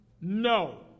no